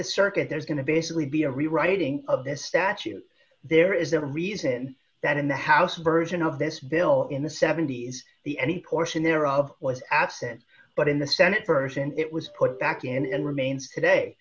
this circuit there's going to basically be a rewriting of this statute there is a reason that in the house version of this bill in the seventy's the any portion thereof was absent but in the senate version it was put back and remains today